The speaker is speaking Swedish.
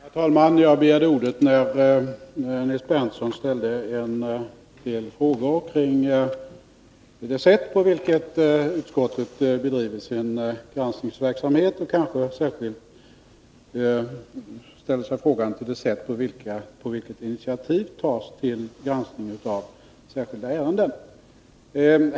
Herr talman! Jag begärde ordet när Nils Berndtson ställde en del frågor kring det sätt på vilket utskottet bedriver sin granskningsverksamhet — han undrade särskilt på vilket sätt initiativ tas till granskning av särskilda ärenden.